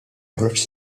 joħroġ